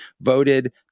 voted